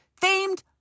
themed